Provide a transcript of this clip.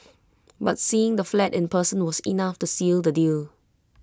but seeing the flat in person was enough to seal the deal